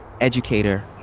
educator